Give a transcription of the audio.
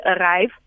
arrive